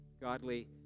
godly